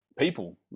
People